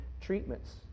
treatments